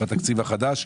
בתקציב החדש?